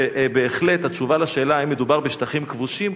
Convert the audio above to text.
ובהחלט התשובה לשאלה: האם מדובר בשטחים כבושים?